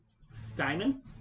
Simon